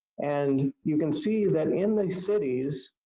and, you can see that in these cities,